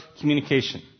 communication